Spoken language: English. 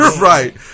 Right